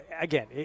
again